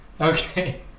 Okay